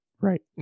Right